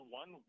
one